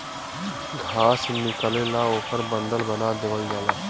घास निकलेला ओकर बंडल बना देवल जाला